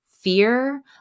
fear